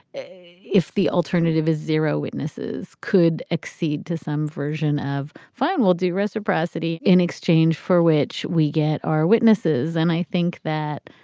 if the alternative is zero witnesses could accede to some version of fine. we'll do reciprocity in exchange for which we get our witnesses and i think that